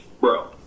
Bro